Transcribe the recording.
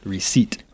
Receipt